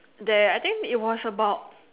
there I think it was about